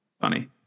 Funny